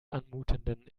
anmutenden